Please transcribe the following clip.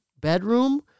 bedroom